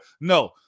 No